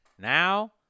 Now